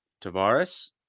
Tavares